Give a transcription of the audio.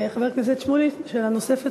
חבר הכנסת שמולי, שאלה נוספת.